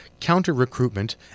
counter-recruitment